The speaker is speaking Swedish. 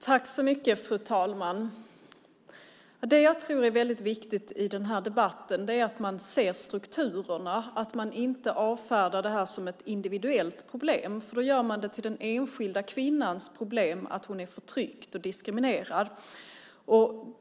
Fru talman! Jag tror att det är väldigt viktigt att man ser strukturerna i den här debatten och inte avfärdar det här som ett individuellt problem. Då gör man det till den enskilda kvinnans problem att hon är förtryckt och diskriminerad.